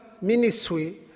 ministry